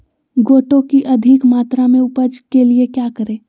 गोटो की अधिक मात्रा में उपज के लिए क्या करें?